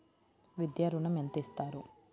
విద్యా ఋణం ఎంత ఇస్తారు?